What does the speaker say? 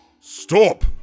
Stop